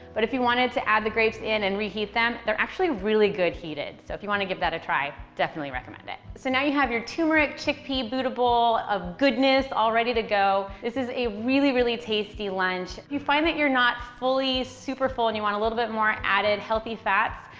but if you wanted to add the grapes in and reheat them, they're actually really good heated. so, if you want to give that a try, definitely recommend it. so, now you have your turmeric, chickpea buddha bowl of goodness all ready to go. this is a really, really tasty lunch. you find that you're not fully super full and you want a little bit more added healthy fats,